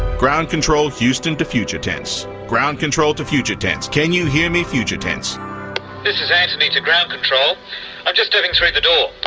ground control houston to future tense. ground control to future tense. can you hear me future tense? this is antony to ground control, i'm just stepping through the door.